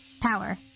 Power